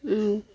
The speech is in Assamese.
অ